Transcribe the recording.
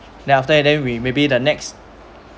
then after that then we maybe the next